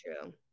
true